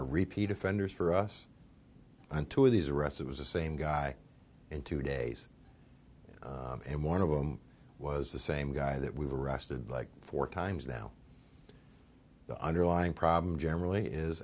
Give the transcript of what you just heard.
are repeat offenders for us and two of these arrests it was the same guy in two days and one of them was the same guy that we've arrested like four times now the underlying problem generally is